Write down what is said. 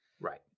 Right